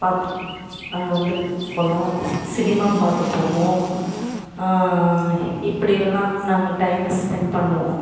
பார்த்து அங்கே வந்து போகலாம் சி சினிமா பார்க்கப் போவோம் இப்படியெல்லாம் நாங்கள் டைம்மை ஸ்பெண்ட் பண்ணுவோம்